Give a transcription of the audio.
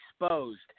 exposed